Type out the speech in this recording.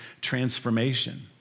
transformation